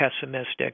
pessimistic